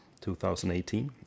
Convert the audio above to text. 2018